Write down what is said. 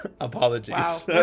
apologies